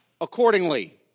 accordingly